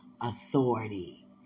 authority